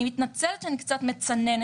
אני מתנצלת שאני קצת מצננת,